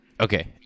Okay